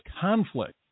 conflict